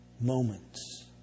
moments